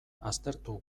aztertu